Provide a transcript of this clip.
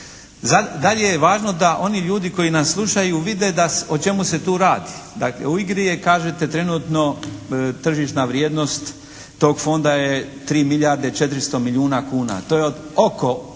Dalje je važno da oni ljudi koji nas slušaju vide o čemu se tu radi. Dakle u igri je kažete trenutno tržišna vrijednost tog Fonda je 3 milijarde 400 milijuna kuna. To je oko pola